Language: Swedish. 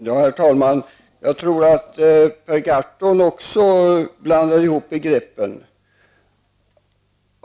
Herr talman! Jag tror att Per Gahrton blandar ihop begreppen.